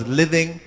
living